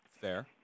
Fair